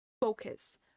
focus